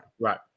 Right